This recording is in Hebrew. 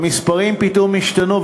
המספרים פתאום השתנו.